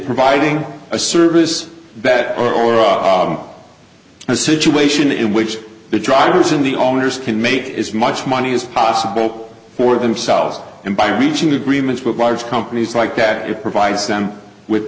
providing a service that or a situation in which the drivers and the owners can make as much money as possible for themselves and by reaching agreements with large companies like that it provides them with